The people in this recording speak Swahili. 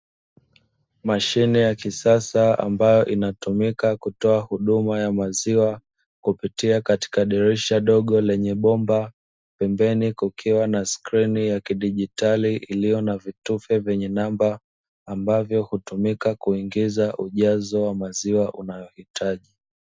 Mashine ya kisasa ambayo inatumika kutoa huduma ya maziwa, kupitia katika dirisha dogo lenye bomba, pembeni kukiwa na skrini ya kidigitali iliyo na vitufe vyenye namba ambavyo hutumika kuingiza ujazo wa maziwa unaohitaji.